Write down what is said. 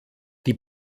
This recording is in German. die